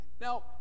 Now